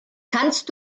kannst